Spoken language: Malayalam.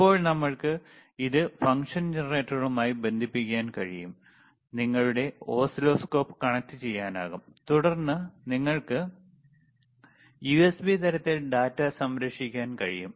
ഇപ്പോൾ നമ്മൾക്ക് ഇത് ഫംഗ്ഷൻ ജനറേറ്ററുമായി ബന്ധിപ്പിക്കാൻ കഴിയും നിങ്ങളുടെ ഓസിലോസ്കോപ്പ് കണക്റ്റുചെയ്യാനാകും തുടർന്ന് നിങ്ങൾക്ക് യുഎസ്ബി തരത്തിൽ ഡാറ്റ സംരക്ഷിക്കാൻ കഴിയും